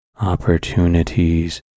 opportunities